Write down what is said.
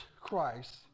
Christ